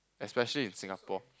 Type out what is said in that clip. especially in Singapore